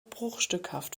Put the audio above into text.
bruchstückhaft